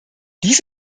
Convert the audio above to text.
dies